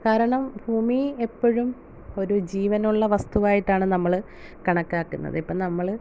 കാരണം ഭൂമി എപ്പോഴും ഒരു ജീവനുള്ള വസ്തുവായിട്ടാണ് നമ്മൾ കണക്കാക്കുന്നത് ഇപ്പം നമ്മൾ